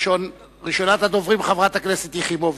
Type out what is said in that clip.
ראשונת הדוברים, חברת הכנסת יחימוביץ.